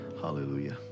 hallelujah